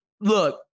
Look